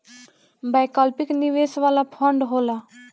वैकल्पिक निवेश वाला फंड होला